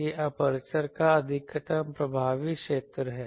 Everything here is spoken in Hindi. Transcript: यह एपर्चर का अधिकतम प्रभावी क्षेत्र है